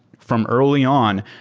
from early on,